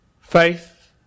Faith